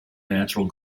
natural